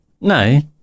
No